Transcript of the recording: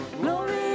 glory